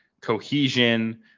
cohesion